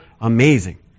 amazing